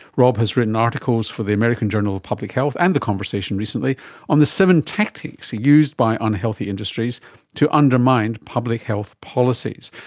rob has written articles for the american journal of public health and the conversation recently on the seven tactics used by unhealthy industries to undermine public health policies.